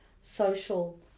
social